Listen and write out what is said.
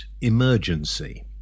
emergency